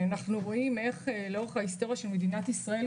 אנחנו רואים איך לאורך ההיסטוריה של מדינת ישראל,